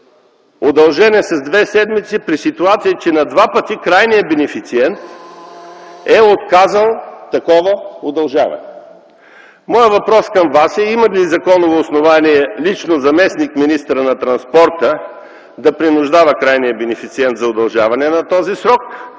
удължен е с две седмици, при ситуация, че на два пъти крайният бенефициент е отказал такова удължаване. Моят въпрос към Вас е има ли законово основание лично заместник-министърът на транспорта да принуждава крайния бенефициент за удължаване на този срок